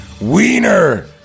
Wiener